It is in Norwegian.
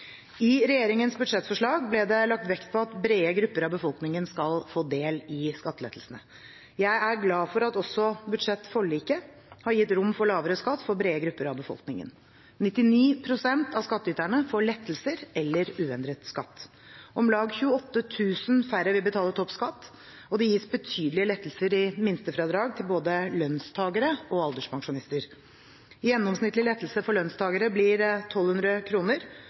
I regjeringens budsjettforslag ble det lagt vekt på at brede grupper av befolkningen skal få del i skattelettelsene. Jeg er glad for at også budsjettforliket har gitt rom for lavere skatt for brede grupper av befolkningen. 99 pst. av skattyterne får lettelser eller uendret skatt. Om lag 28 000 færre vil betale toppskatt, og det gis betydelige lettelser i minstefradrag til både lønnstakere og alderspensjonister. Gjennomsnittlig lettelse for lønnstakere blir